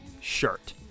shirt